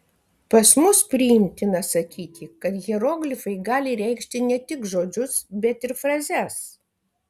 pas mus priimtina sakyti kad hieroglifai gali reikšti ne tik žodžius bet ir frazes